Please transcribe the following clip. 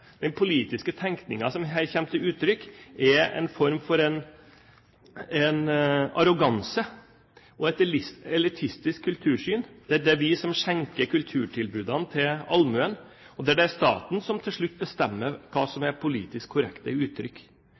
den politiske tenkningen som her kommer til uttrykk, er en form for arroganse og et elitistisk kultursyn der det er vi som skjenker kulturtilbudene til allmuen, og der det er staten som til slutt bestemmer hva som er det politisk korrekte uttrykk.